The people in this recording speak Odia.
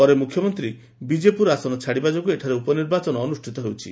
ପରେ ମୁଖ୍ୟମନ୍ତୀ ବିଜେପୁର ଆସନ ଛାଡିବା ଯୋଗୁଁ ଏଠାରେ ଉପନିର୍ବାଚନ ଅନୁଷିତ ହେଉଛି